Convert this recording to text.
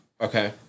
okay